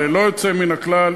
ללא יוצא מן הכלל,